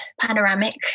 panoramic